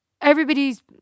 everybody's